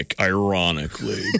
ironically